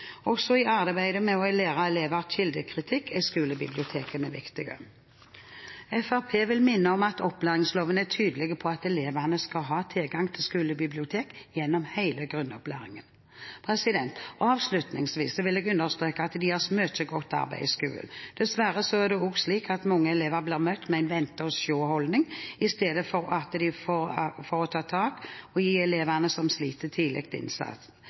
Også i arbeidet med å lære elever kildekritikk er skolebibliotekene viktige. Fremskrittspartiet vil minne om at opplæringsloven er tydelig på at elevene skal ha tilgang til skolebibliotek gjennom hele grunnopplæringen. Avslutningsvis vil jeg understreke at det gjøres mye godt arbeid i skolen. Dessverre er det også slik at mange elever blir møtt med en vente-og-se-holdning, i stedet for å ta tak og gi elever som sliter,